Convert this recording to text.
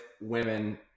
women